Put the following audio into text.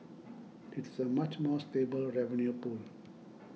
it's a much more stable revenue pool